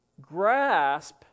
grasp